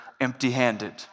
empty-handed